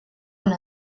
una